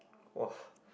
!wah!